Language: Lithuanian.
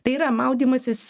tai yra maudymasis